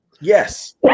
Yes